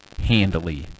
handily